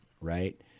right